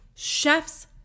Chef's